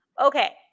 Okay